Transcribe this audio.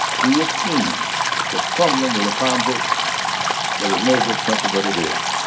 we have seen the crumbling of the foundation that has made this country what it is.